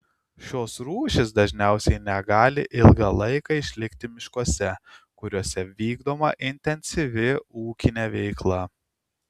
šios rūšys dažniausiai negali ilgą laiką išlikti miškuose kuriuose vykdoma intensyvi ūkinė veikla